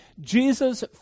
Jesus